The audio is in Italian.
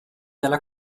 dalla